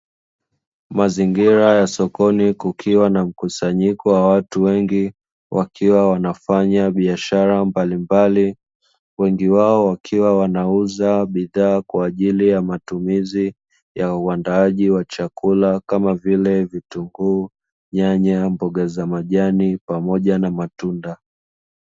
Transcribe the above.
Mazingira ya sokoni kukiwa na mkusanyiko wa watu wengi wakiwa wanafanya biashara mbalimbali, wengi wao wakiwa wanauza bidhaa kwa ajili ya matumizi ya uandaaji wa chakula kama vile: vitunguu, nyanya, mboga za majani, pamoja na matunda.